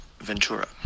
Ventura